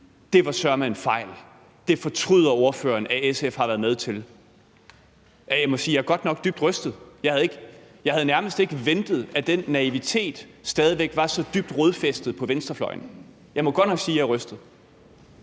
det var søreme en fejl, og at ordføreren fortryder, at SF har været med til det. Jeg må sige, at jeg godt nok er dybt rystet. Jeg havde ikke ventet, at den naivitet stadig væk var så dybt rodfæstet på venstrefløjen. Jeg må godt nok sige, at jeg er rystet.